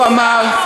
והוא אמר,